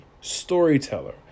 storyteller